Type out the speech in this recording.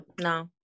No